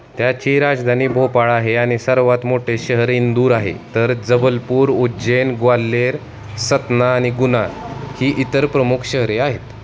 त्याची राजधानी भोपाळ आहे आणि सर्वात मोठे शहर इंदूर आहे तर जबलपूर उज्जैन ग्वाल्हेर सतना आणि गुणा ही इतर प्रमुख शहरे आहेत